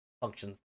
functions